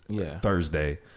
Thursday